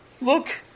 Look